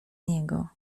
niego